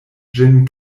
ĝin